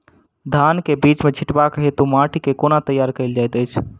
धान केँ बीज छिटबाक हेतु माटि केँ कोना तैयार कएल जाइत अछि?